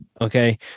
Okay